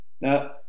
now